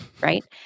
Right